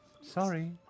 Sorry